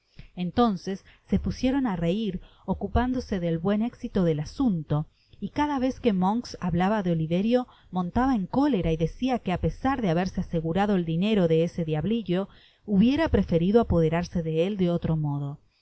entonces se pusieron á reir ocupándose del buen écsito del asunto y cada vez que monks hablaba de oliverio montaba en cólera y decia que á pesar de haberse asegurado el dinero de ese diablillo hubiera preferido apoderarse de él de otro modo